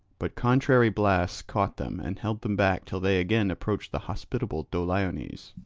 but contrary blasts caught them and held them back till they again approached the hospitable doliones.